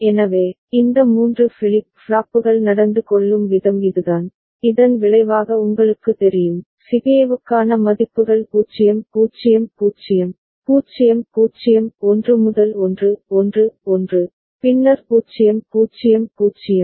எனவே இந்த 3 ஃபிளிப் ஃப்ளாப்புகள் நடந்து கொள்ளும் விதம் இதுதான் இதன் விளைவாக உங்களுக்கு தெரியும் சிபிஏவுக்கான மதிப்புகள் 0 0 0 0 0 1 முதல் 1 1 1 பின்னர் 0 0 0